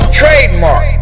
trademark